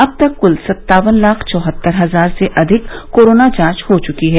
अब तक क्ल सत्तावन लाख चौहत्तर हजार से अधिक कोरोना जांच हो चुकी हैं